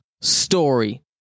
Story